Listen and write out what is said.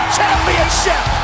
Championship